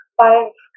five